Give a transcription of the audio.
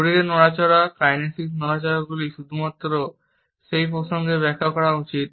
শরীরের নড়াচড়া কাইনেসিক নড়াচড়াগুলি শুধুমাত্র সেই প্রসঙ্গে ব্যাখ্যা করা উচিত